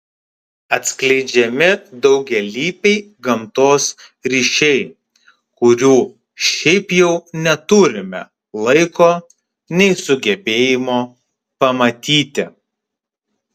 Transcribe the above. atskleidžiami daugialypiai gamtos ryšiai kurių šiaip jau neturime laiko nei sugebėjimo pamatyti